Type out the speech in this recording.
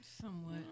Somewhat